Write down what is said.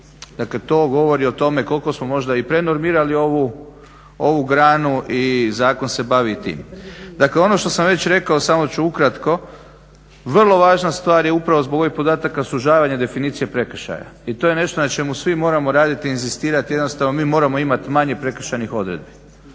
Dakle, to govori o tome koliko smo možda i prenormirali ovu granu i zakon se bavi tim. Dakle, ono što sam već rekao samo ću ukratko. Vrlo važna stvar je upravo zbog ovih podataka sužavanja definicije prekršaja. I to je nešto na čemu svi moramo raditi i inzistirati. Jednostavno mi moramo imati manje prekršajnih odredbi.